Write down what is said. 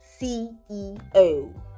ceo